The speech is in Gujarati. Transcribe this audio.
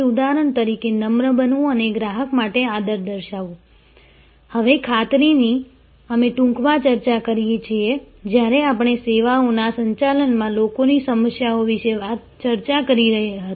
ઉદાહરણ તરીકે નમ્ર બનવું અને ગ્રાહક માટે આદર દર્શાવવું હવે ખાતરીની અમે ટૂંકમાં ચર્ચા કરીએ છીએ જ્યારે આપણે સેવાઓના સંચાલનમાં લોકોની સમસ્યાઓ વિશે ચર્ચા કરી હતી